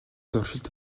туршилт